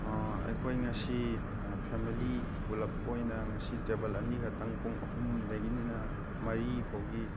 ꯑꯩꯈꯣꯏ ꯉꯁꯤ ꯐꯦꯃꯤꯂꯤ ꯄꯨꯜꯂꯞ ꯑꯣꯏꯅ ꯉꯁꯤ ꯇꯦꯕꯜ ꯑꯅꯤꯈꯛꯇꯪ ꯄꯨꯡ ꯑꯍꯨꯝ ꯗꯒꯤꯅ ꯃꯔꯤ ꯐꯥꯎꯒꯤ